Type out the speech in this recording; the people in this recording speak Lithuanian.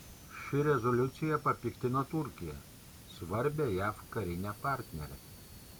ši rezoliucija papiktino turkiją svarbią jav karinę partnerę